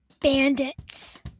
Bandits